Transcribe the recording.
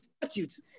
statutes